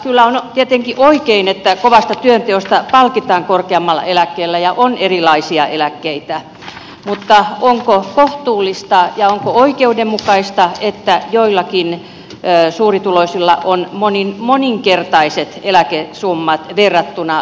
kyllä on tietenkin oikein että kovasta työnteosta palkitaan korkeammalla eläkkeellä ja on erilaisia eläkkeitä mutta onko kohtuullista ja onko oikeudenmukaista että joillakin suurituloisilla on monin moninkertaiset eläkesummat verrattuna keskivertoeläkkeensaajiin